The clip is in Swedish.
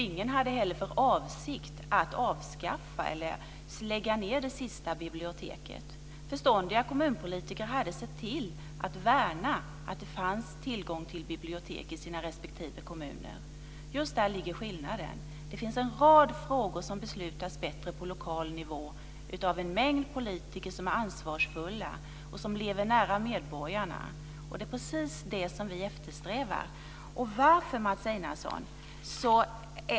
Ingen hade heller för avsikt att avskaffa eller lägga ned det sista biblioteket. Förståndiga kommunpolitiker hade sett till att värna tillgång till bibliotek i sina respektive kommuner. Just där ligger skillnaden. Det finns en rad frågor som beslutas bättre på lokal nivå av en mängd politiker som är ansvarsfulla och som lever nära medborgarna. Det är precis det som vi eftersträvar.